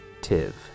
tiv